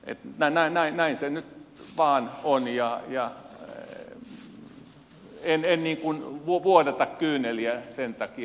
näin se nyt vain on ja en vuodata kyyneliä sen takia